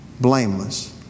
blameless